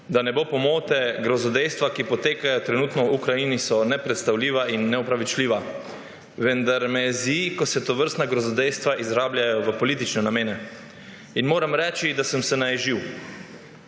da ne bo pomote, grozodejstva, ki potekajo trenutno v Ukrajini, so nepredstavljiva in neopravičljiva, vendar me jezi, ko se tovrstna grozodejstva izrabljajo v politične namene. Moram reči, da sem se naježil.